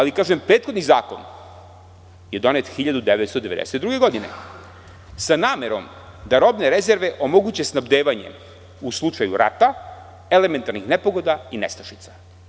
Kažem, prethodni zakon je donet 1992. godine sa namerom da robne rezerve omoguće snabdevanje u slučaju rata, elementarnih nepogoda i nestašica.